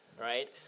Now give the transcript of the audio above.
right